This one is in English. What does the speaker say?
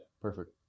Perfect